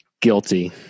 Guilty